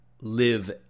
live